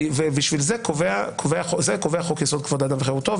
ואת זה קובע חוק-יסוד: כבוד האדם וחירותו,